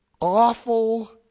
awful